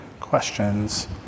questions